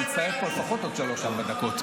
אני אצטרך פה לפחות עוד שלוש-ארבע דקות,